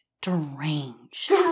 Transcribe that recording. deranged